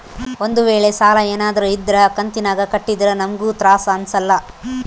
ಒಂದ್ವೇಳೆ ಸಾಲ ಏನಾದ್ರೂ ಇದ್ರ ಕಂತಿನಾಗ ಕಟ್ಟಿದ್ರೆ ನಮ್ಗೂ ತ್ರಾಸ್ ಅಂಸಲ್ಲ